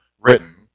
written